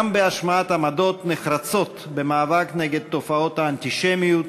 בהשמעת עמדות נחרצות במאבק נגד תופעות האנטישמיות,